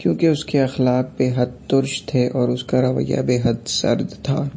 کیونکہ اُس کے اخلاق بےحد ترش تھے اور اُس کا رویہ بے حد سرد تھا